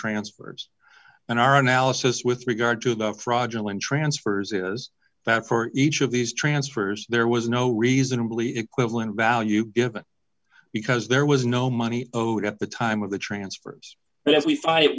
transfers and our analysis with regard to the fraudulent transfers is that for each of these transfers there was no reasonably equivalent value given because there was no money owed at the time of the transfers and as we fight